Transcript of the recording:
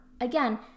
Again